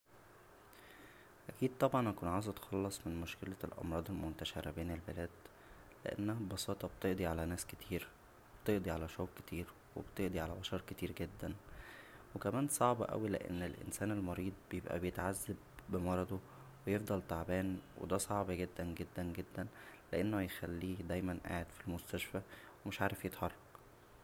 اكيد طبعا هكون عاوز اتخلص من مشكلة الامراض المنتشره بين البلاد لانها ببساطه بتقضى على ناس كتير و بتقضى على شعوب كتير و بتقضى على بشر كتير جدا و كمان صعب اوى لان الانسان المريض بيبقى بيتعذب بمرضه ويفضل تعبان و دا صعب جدا جدا جدا لانه هيخليه دايما قاعد فالمستشفى و مش عارف يتحرك